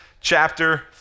chapter